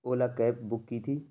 اولا cab book کی تھی